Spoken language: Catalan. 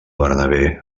bernabé